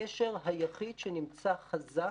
הקשר היחיד שנמצא חזק